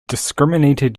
discriminated